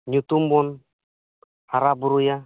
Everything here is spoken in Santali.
ᱧᱩᱛᱩᱢ ᱵᱚᱱ ᱦᱟᱨᱟ ᱵᱩᱨᱩᱭᱟ